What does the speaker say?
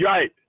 Right